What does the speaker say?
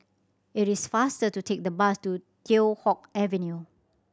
it is faster to take the bus to Teow Hock Avenue